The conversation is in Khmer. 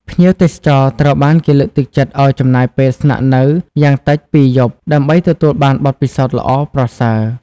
ភ្ញៀវទេសចរត្រូវបានគេលើកទឹកចិត្តឱ្យចំណាយពេលស្នាក់នៅ យ៉ាងតិចពីរយប់ ដើម្បីទទួលបានបទពិសោធន៍ល្អប្រសើរ។